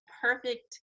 perfect